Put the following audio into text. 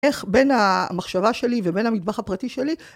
איך בין המחשבה שלי ובין המטבח הפרטי שלי